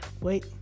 wait